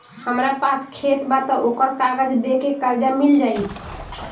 हमरा पास खेत बा त ओकर कागज दे के कर्जा मिल जाई?